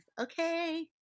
okay